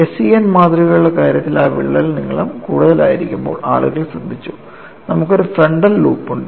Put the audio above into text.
SEN മാതൃകകളുടെ കാര്യത്തിൽ ആ വിള്ളൽ നീളം കൂടുതലായിരിക്കുമ്പോൾ ആളുകൾ ശ്രദ്ധിച്ചു നമുക്ക് ഒരു ഫ്രണ്ടൽ ലൂപ്പ് ഉണ്ട്